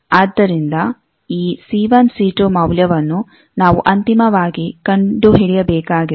ಆದ್ದರಿಂದ ಈ C1 C2 ಮೌಲ್ಯವನ್ನು ನಾವು ಅಂತಿಮವಾಗಿ ಕಂಡುಹಿಡಿಯಬೇಕಾಗಿದೆ